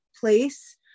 place